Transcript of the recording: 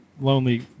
lonely